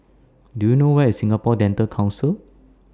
Do YOU know Where IS Singapore Dental Council